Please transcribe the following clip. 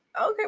Okay